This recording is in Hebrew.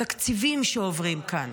בתקציבים שעוברים כאן,